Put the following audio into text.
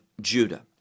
judah